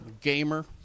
Gamer